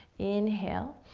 inhale,